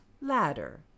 Ladder